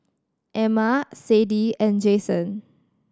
Emma Sadie and Jason